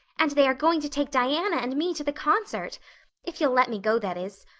and they are going to take diana and me to the concert if you'll let me go, that is.